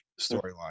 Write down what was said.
storyline